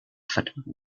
fatima